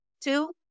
Two